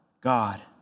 God